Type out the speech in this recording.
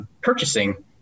purchasing